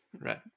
right